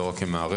לא רק כמערכת,